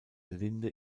linde